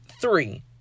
three